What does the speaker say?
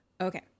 Okay